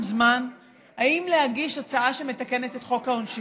זמן אם להגיש הצעה שמתקנת את חוק העונשין.